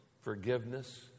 forgiveness